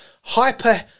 hyper